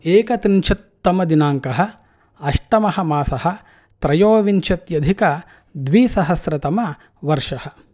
एकत्रिंशत्तमदिनाङ्कः अष्टमः मासः त्रयोविंशत्यधिकद्विसहस्रतमवर्षः